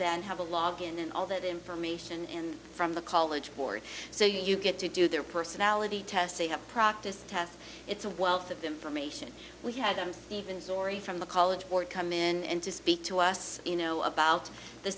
then have a log in and all that information and from the college board so you get to do their personality tests they have practiced test it's a wealth of information we hadn't even story from the college board come in and to speak to us you know about the